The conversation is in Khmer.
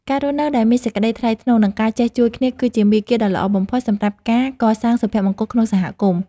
ការរស់នៅដោយមានសេចក្ដីថ្លៃថ្នូរ និងការចេះជួយគ្នាគឺជាមាគ៌ាដ៏ល្អបំផុតសម្រាប់ការកសាងសុភមង្គលក្នុងសហគមន៍។